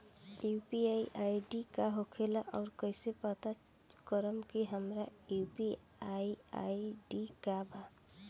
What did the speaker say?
UPI ID का होखेला और कईसे पता करम की हमार यू.पी.आई आई.डी का बा?